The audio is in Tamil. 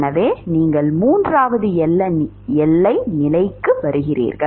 எனவே நீங்கள் மூன்றாவது எல்லை நிலைக்கு வருவீர்கள்